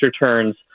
returns